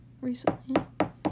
recently